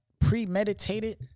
premeditated